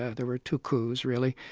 ah there were two coups really.